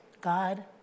God